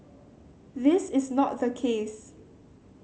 this is not the case